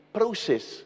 process